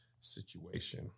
situation